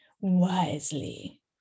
wisely